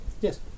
Yes